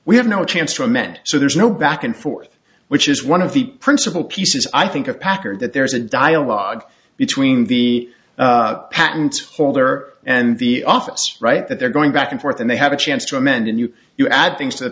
we have no chance to amend so there's no back and forth which is one of the principle pieces i think of packer that there's a dialogue between the patent holder and the office right that they're going back and forth and they have a chance to amend and you you add things to the